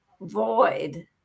void